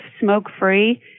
smoke-free